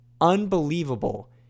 unbelievable